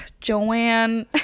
Joanne